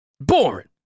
Boring